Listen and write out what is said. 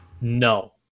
no